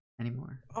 anymore